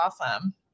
awesome